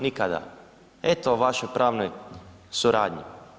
Nikada, eto vašoj pravnoj suradnji.